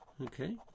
Okay